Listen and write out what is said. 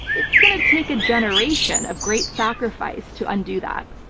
it's going to take a generation of great sacrifice to undo that.